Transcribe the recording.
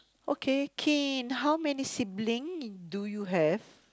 okay Kin how many sibling do you have